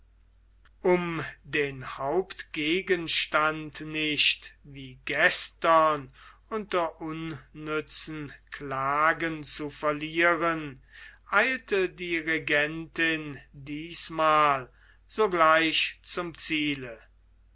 um den hauptgegenstand nicht wie gestern unter unnützen klagen zu verlieren eilte die regentin diesmal sogleich zum ziele